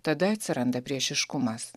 tada atsiranda priešiškumas